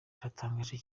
biratangaje